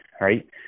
right